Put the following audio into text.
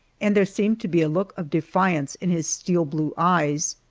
and there seemed to be a look of defiance in his steel-blue eyes.